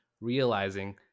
realizing